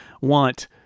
want